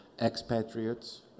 expatriates